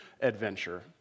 adventure